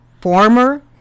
former